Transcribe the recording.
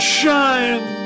shine